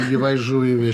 gyvai žuviai vež